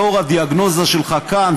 לאור הדיאגנוזה שלך כאן,